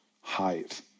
height